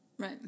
Right